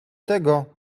tego